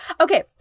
okay